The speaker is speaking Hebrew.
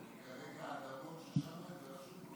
לא, כי כרגע האדמות ששם הן ברשות מוניציפלית.